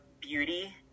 beauty